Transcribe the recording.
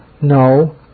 No